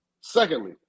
Secondly